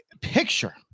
picture